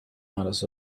matters